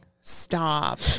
stop